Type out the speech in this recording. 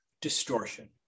distortion